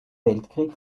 weltkrieg